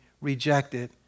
rejected